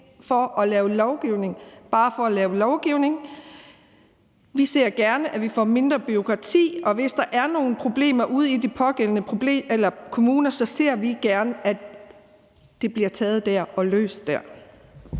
for at lave lovgivning bare for at lave lovgivning. Vi ser gerne, at vi får mindre bureaukrati, og hvis der er nogle problemer ude i de pågældende kommuner, ser vi gerne, at det bliver taget dér og løst dér.